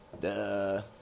Duh